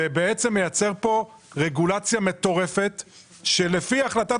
המהלך מייצר כאן רגולציה מטורפת שלפי החלטת